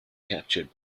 captured